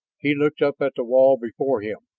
he looked up at the wall before him.